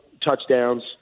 touchdowns